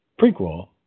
prequel